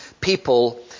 people